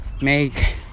make